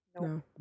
No